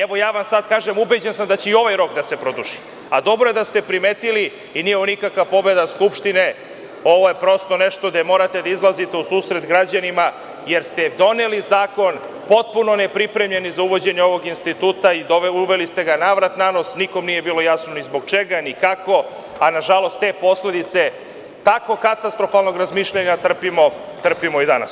Evo i ja vam sada kažem, ubeđen sam da će i ovaj rok da se produži, a dobro je da ste primetili i nije ovo nikakva pobeda Skupštine, ovo je prosto nešto gde morate da izlazite u susret građanima, jer ste doneli zakon potpuno nepripremljeni za uvođenje ovog instituta i uveli ste ga navrat-nanos, nikom nije bilo jasno ni zbog čega, ni kako, a nažalost, te posledice tako katastrofalnog razmišljanja trpimo i danas.